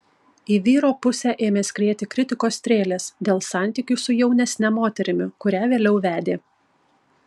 į vyro pusę ėmė skrieti kritikos strėlės dėl santykių su jaunesne moterimi kurią vėliau vedė